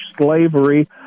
slavery